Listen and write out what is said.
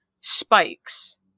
spikes